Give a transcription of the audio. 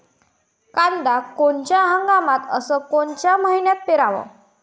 कांद्या कोनच्या हंगामात अस कोनच्या मईन्यात पेरावं?